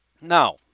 Now